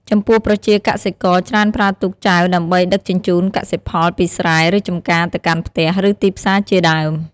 ចំពោះប្រជាកសិករច្រើនប្រើទូកចែវដើម្បីដឹកជញ្ជូនកសិផលពីស្រែ ឬចំការទៅកាន់ផ្ទះ ឬទីផ្សារជាដើម។